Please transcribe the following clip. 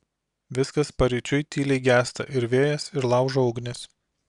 viskas paryčiui tyliai gęsta ir vėjas ir laužo ugnis